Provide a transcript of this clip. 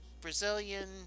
Brazilian